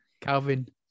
Calvin